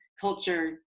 culture